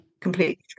completely